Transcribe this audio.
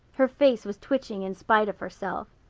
her face was twitching in spite of herself.